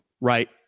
right